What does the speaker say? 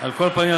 על כל פנים,